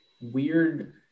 weird